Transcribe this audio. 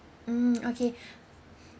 mm okay